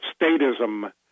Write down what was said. statism